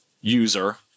user